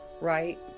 right